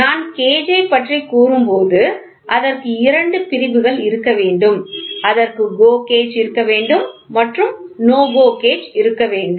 நான் கேஜ் ஐ பற்றிக் கூறும் போது அதற்கு இரண்டு பிரிவுகள் இருக்க வேண்டும் அதற்கு GO கேஜ் இருக்க வேண்டும் மற்றும் NO GO கேஜ் இருக்க வேண்டும்